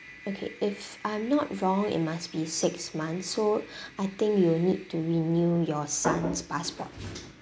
okay if I'm not wrong it must be six month so I think you will need to renew your son's passport